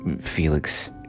Felix